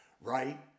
right